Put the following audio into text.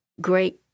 great